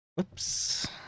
Oops